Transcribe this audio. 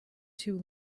too